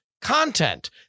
content